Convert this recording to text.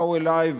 באו אלי,